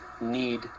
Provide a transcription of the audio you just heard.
need